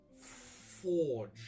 forge